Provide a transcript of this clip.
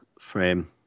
frame